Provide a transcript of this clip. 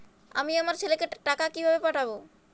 আমি আমার ছেলেকে টাকা কিভাবে পাঠাব?